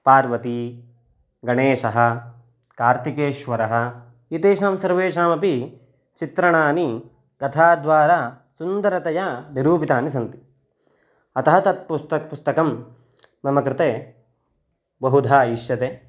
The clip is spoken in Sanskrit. पार्वती गणेशः कार्तिकेश्वरः एतेषां सर्वेषामपि चित्रणानि तथाद्वारा सुन्दरतया निरूपितानि सन्ति अतः तत् पुस्तकं पुस्तकं मम कृते बहुधा इष्यते